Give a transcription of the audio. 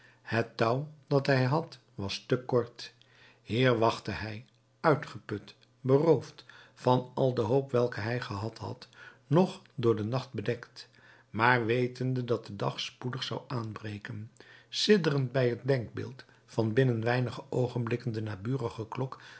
het touw dat hij had was te kort hier wachtte hij uitgeput beroofd van al de hoop welke hij gehad had nog door den nacht bedekt maar wetende dat de dag spoedig zou aanbreken sidderend bij t denkbeeld van binnen weinige oogenblikken de